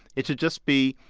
it should just be,